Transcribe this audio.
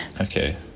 Okay